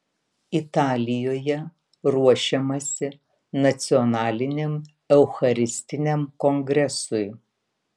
italijoje ruošiamasi nacionaliniam eucharistiniam kongresui